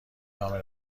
نامه